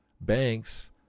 banks